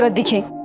but the king